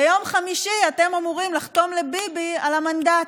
ביום חמישי אתם אמורים לחתום לביבי על המנדט,